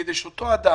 כדי שאותו אדם